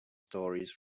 stories